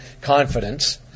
confidence